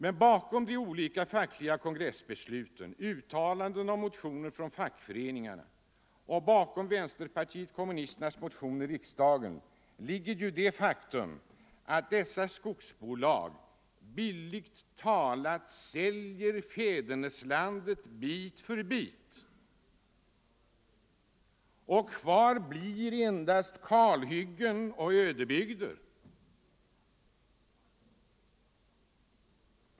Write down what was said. Men bakom de olika fackliga kongressbesluten, bakom uttalanden och motioner från fackföreningar och bakom vänsterpartiet kommunisternas motioner i riksdagen ligger ju det faktum att dessa skogsbolag bildligt talat säljer fäderneslandet bit för bit. Kvar blir endast kalhyggen och ödebygder.